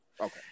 Okay